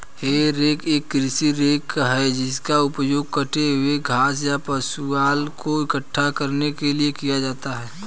हे rake एक कृषि rake है जिसका उपयोग कटे हुए घास या पुआल को इकट्ठा करने के लिए किया जाता है